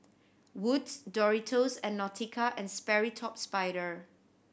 Wood's Doritos and Nautica and Sperry Top Sider